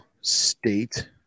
state